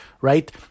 right